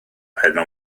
heno